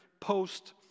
post